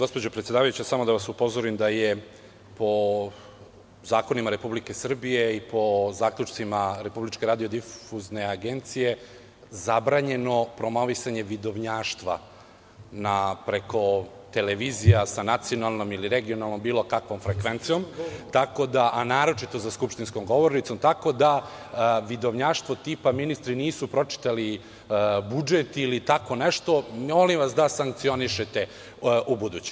Gospođo predsedavajuća samo ću da vas upozorim da je po zakonima Republike Srbije i po zaključcima RRA zabranjeno promovisanje vidovnjaštva na preko, televizija sa nacionalnom ili regionalnom, bilo kakvom frekvencijom, a naročito za skupštinskom govornicom, tako da vidovnjaštvo tipa -ministri nisu pročitali budžet ili tako nešto, molim vas da sankcionišete ubuduće.